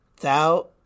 Thou